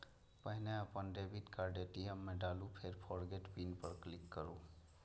पहिने अपन debit card ATM मे डालू, फेर फोरगेट पिन पर क्लिक करू